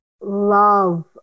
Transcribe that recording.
love